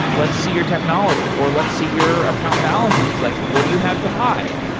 let's see your technology, or let's see your account balances. like what do you have to hide?